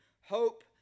hope